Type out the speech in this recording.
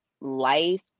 life